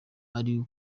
ari